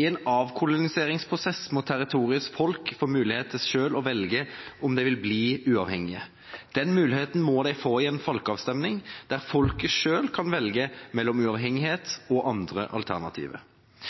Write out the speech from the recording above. I en avkoloniseringsprosess må territoriets folk få mulighet til selv å velge om de vil bli uavhengige. Den muligheten må de få i en folkeavstemning, der folket selv kan velge mellom uavhengighet og andre alternativer.